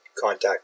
contact